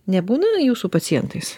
nebūna jūsų pacientais